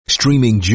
Streaming